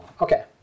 Okay